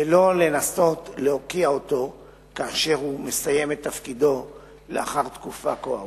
ולא לנסות להוקיע אותו כאשר הוא מסיים את תפקידו לאחר תקופה כה ארוכה.